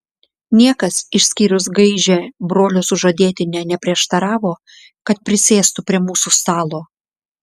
niekas išskyrus gaižią brolio sužadėtinę neprieštaravo kad prisėstų prie mūsų stalo